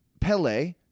Pele